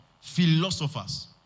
philosophers